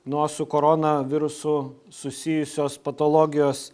nuo su korona virusu susijusios patologijos